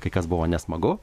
kai kas buvo nesmagu